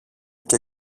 και